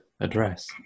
address